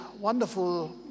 wonderful